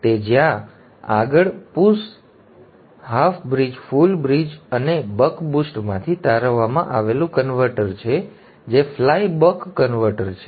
તે જ્યાં આગળ push half bridge full bridge અને બક બુસ્ટમાંથી તારવવામાં આવેલું કન્વર્ટર છે જે ફ્લાય બક કન્વર્ટર છે